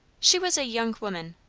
she was a young woman,